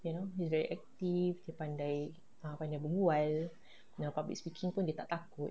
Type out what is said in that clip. you know he's very active dia pandai pandai berbual public speaking pun dia tak takut